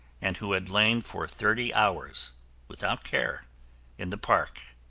and who had lain for thirty hours without care in the park.